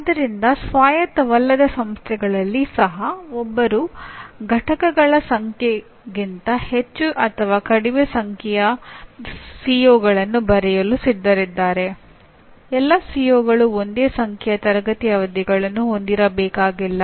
ಆದ್ದರಿಂದ ಸ್ವಾಯತ್ತವಲ್ಲದ ಸಂಸ್ಥೆಗಳಲ್ಲಿ ಸಹ ಒಬ್ಬರು ಪಠ್ಯಗಳ ಸಂಖ್ಯೆಗಿಂತ ಹೆಚ್ಚು ಅಥವಾ ಕಡಿಮೆ ಸಂಖ್ಯೆಯ ಸಿಒಗಳನ್ನು ಬರೆಯಲು ಸಿದ್ಧರಿದ್ದರೆ ಎಲ್ಲಾ ಸಿಒಗಳು ಒಂದೇ ಸಂಖ್ಯೆಯ ತರಗತಿ ಅವಧಿಗಳನ್ನು ಹೊಂದಿರಬೇಕಾಗಿಲ್ಲ